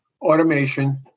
automation